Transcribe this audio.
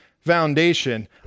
foundation